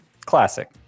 Classic